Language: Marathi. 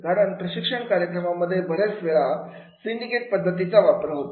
कारण प्रशिक्षण कार्यक्रमामध्ये बऱ्याच वेळा सिंडिकेट पद्धतीचा वापर होतो